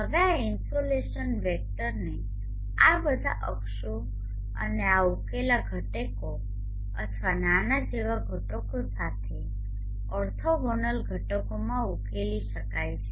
હવે આ ઇનસોલેશન વેક્ટરને આ બધા અક્ષો અને આ ઉકેલા ઘટકો અથવા આના જેવા ઘટકો સાથે ઓર્થોગોનલ ઘટકોમાં ઉકેલી શકાય છે